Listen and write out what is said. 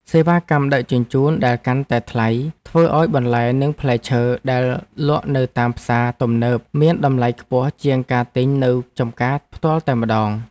សេវាកម្មដឹកជញ្ជូនដែលកាន់តែថ្លៃធ្វើឱ្យបន្លែនិងផ្លែឈើដែលលក់នៅតាមផ្សារទំនើបមានតម្លៃខ្ពស់ជាងការទិញនៅចម្ការផ្ទាល់តែម្តង។